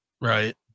Right